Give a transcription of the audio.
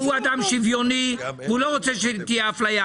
אדם שוויוני והוא לא רוצה שתהיה אפליה,